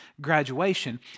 graduation